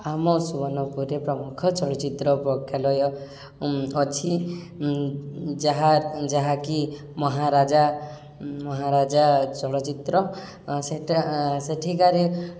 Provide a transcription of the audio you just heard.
ଆମ ସୁବର୍ଣ୍ଣପୁରରେ ପ୍ରମୁଖ ଚଳଚ୍ଚିତ୍ର ପ୍ରକ୍ଷ୍ୟାଳୟ ଅଛି ଯାହା ଯାହାକି ମହାରାଜା ମହାରାଜା ଚଳଚ୍ଚିତ୍ର ସେଠିକାରେ